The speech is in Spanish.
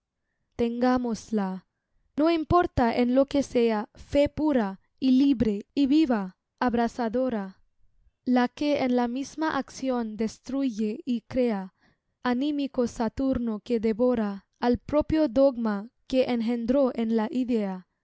tengámosla no importa en lo que sea fe pura y libre y viva abrasadora la que en la misma acción destruye y crea anímico saturno que devora al propio dogma que engendró en la idea